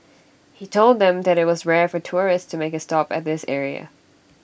he told them that IT was rare for tourists to make A stop at this area